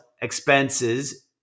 expenses